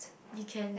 you can